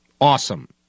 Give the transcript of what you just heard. awesome